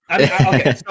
Okay